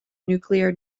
nuclear